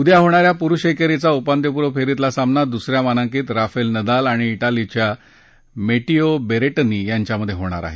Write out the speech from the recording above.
उदया होणा या पुरुष एकेरीचा उपांत्यपूर्व फेरीतला सामना दुसऱ्या मानांकित राफेल नदाल आणि डालीच्या मेिओ बेरे जी यांच्यात होणार आहे